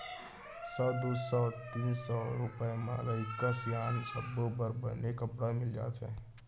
सौ, दू सौ, तीन सौ रूपिया म लइका सियान सब्बो बर बने कपड़ा मिल जाथे